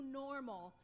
normal